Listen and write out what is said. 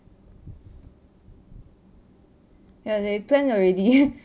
ya they plan already